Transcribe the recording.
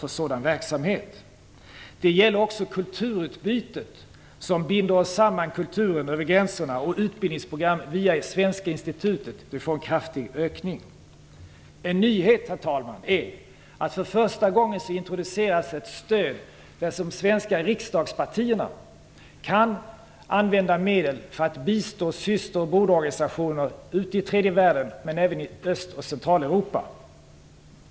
Det gäller även stödet till kulturutbyte, som binder samman kulturen över gränserna, och till utbildningsprogram via Svenska institutet. Det blir en kraftig ökning av det stödet. Herr talman! En nyhet är att för första gången introduceras ett stöd där de svenska riksdagspartierna kan använda medel för att bistå syster och broderorganisation i tredje världen och även i Öst och Centraleuropa.